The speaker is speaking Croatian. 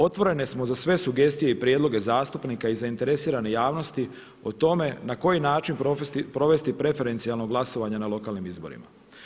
Otvoreni smo za sve sugestije i prijedloge zastupnika i zainteresirane javnosti o tome na koji način provesti preferencijalno glasovanje na lokalnim izborima.